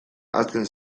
hasten